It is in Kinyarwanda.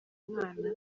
mwana